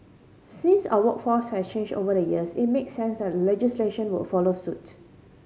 since our workforce has changed over the years it makes sense that legislation would follow suit